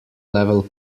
level